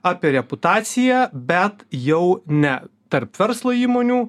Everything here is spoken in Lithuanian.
apie reputaciją bet jau ne tarp verslo įmonių